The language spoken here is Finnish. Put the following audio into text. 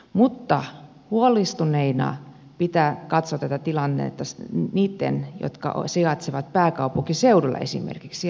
mutta huolestuneina pitää katsoa tätä tilannetta niitten jotka sijaitsevat pääkaupunkiseudulla esimerkiksi